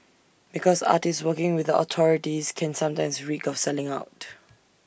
because artists working with the authorities can sometimes reek of selling out